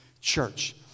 church